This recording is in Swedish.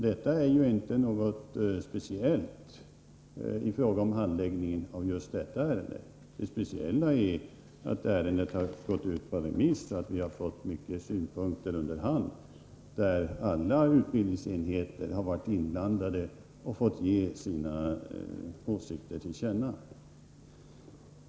Det här är inte något speciellt vid handläggningen av just detta ärende — det speciella är att ärendet har gått ut på remiss och att vi under hand har fått många synpunkter. Alla utbildningsenheter har varit inblandade och de har fått framföra sina åsikter.